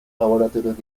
laboratorios